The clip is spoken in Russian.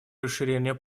расширения